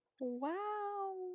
Wow